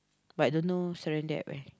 but don't know surrender at where